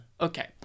Okay